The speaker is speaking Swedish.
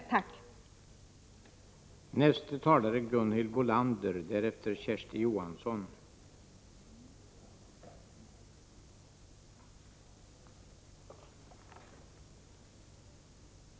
Tack!